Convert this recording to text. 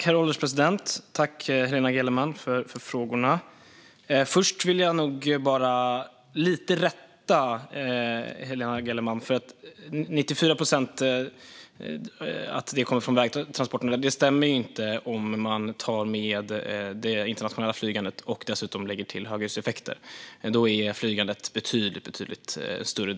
Herr ålderspresident! Tack, Helena Gellerman, för frågorna! Först vill jag rätta Helena Gellerman lite. Att 94 procent kommer från vägtransporter stämmer inte, om man tar med det internationella flygandet och dessutom lägger till höghöjdseffekter. Då är flygandets andel betydligt större.